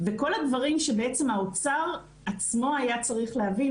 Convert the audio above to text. וכל הדברים שבעצם האוצר עצמו היה צריך להבין,